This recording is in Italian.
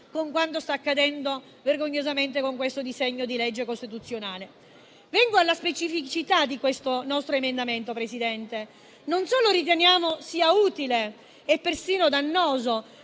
con quanto sta accadendo vergognosamente con questo disegno di legge costituzionale. Vengo alla specificità di questo nostro emendamento, Presidente. Non solo riteniamo sia inutile e persino dannoso,